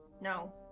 No